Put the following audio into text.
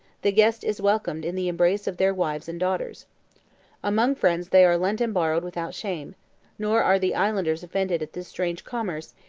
the guest is welcomed in the embraces of their wives and daughters among friends they are lent and borrowed without shame nor are the islanders offended at this strange commerce,